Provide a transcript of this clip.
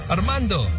Armando